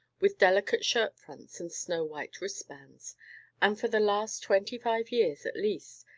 with delicate shirt fronts and snow-white wristbands and for the last twenty-five years, at least,